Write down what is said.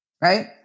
right